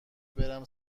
برم